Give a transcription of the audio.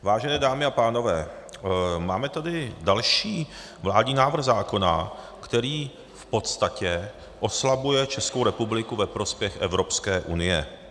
Vážené dámy a pánové, máme tady další vládní návrh zákona, který v podstatě oslabuje Českou republiku ve prospěch Evropské unie.